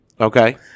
Okay